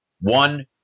One